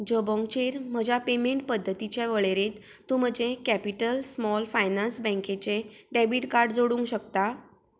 जबोंगचेर म्हज्या पेमेंट पद्दतिंचे वळेरेंत तूं म्हजें कॅपिटल स्मॉल फायनान्स बँकेचे डॅबीट कार्ड जोडूंक शकता